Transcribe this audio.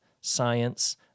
science